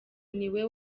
niwe